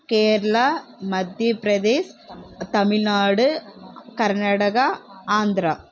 Kerala Madhya Pradesh Tamil Nadu Karnataka Andhra